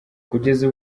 kugeza